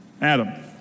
Adam